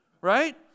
Right